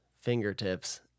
fingertips